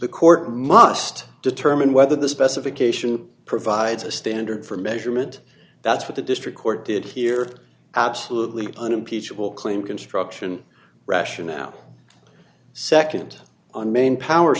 the court must determine whether the specification provides a standard for measurement that's what the district court did hear absolutely unimpeachable claim construction rationale nd and main power